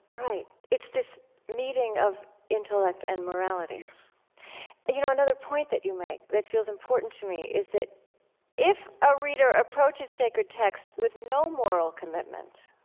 right. it's this meeting of intellect and morality yes you know, another point that you make that feels important to me is that if a reader approaches sacred text with no moral commitment,